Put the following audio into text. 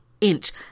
inch